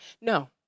No